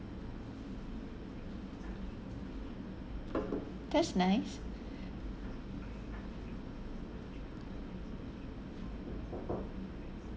that's nice